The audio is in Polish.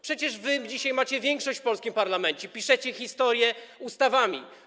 Przecież wy dzisiaj macie większość w polskim parlamencie, piszecie historię ustawami.